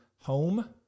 home